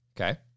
Okay